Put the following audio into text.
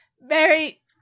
Mary